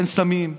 אין סמים,